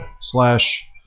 slash